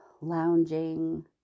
lounging